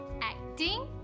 acting